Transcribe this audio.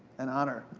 an honor.